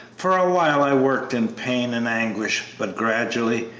for a while i worked in pain and anguish, but gradually,